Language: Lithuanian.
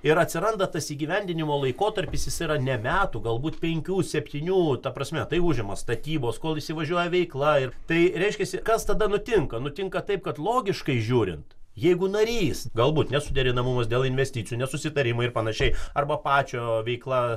ir atsiranda tas įgyvendinimo laikotarpis jis yra ne metų galbūt penkių septynių ta prasme tai užima statybos kol įsivažiuoja veikla ir tai reiškiasi kas tada nutinka nutinka taip kad logiškai žiūrint jeigu narys galbūt nesuderinamumas dėl investicijų nesusitarimai ir panašiai arba pačio veikla